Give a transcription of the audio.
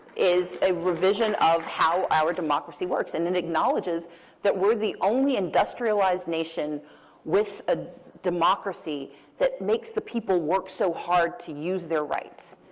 is a revision of how our democracy works. and it and acknowledges that we're the only industrialized nation with a democracy that makes the people work so hard to use their rights.